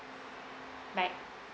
bye